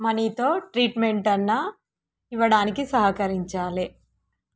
మనీతో ట్రీట్మెంట్ అన్నా ఇవ్వడానికి సహకరించాలి